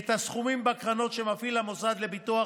את הסכומים בקרנות שמפעיל המוסד לביטוח